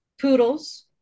poodles